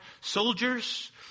soldiers